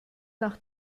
nach